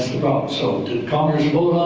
so did congress